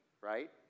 right